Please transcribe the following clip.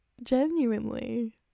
Genuinely